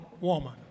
woman